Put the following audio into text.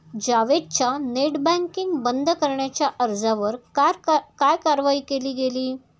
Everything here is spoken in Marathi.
जावेदच्या नेट बँकिंग बंद करण्याच्या अर्जावर काय कारवाई केली गेली?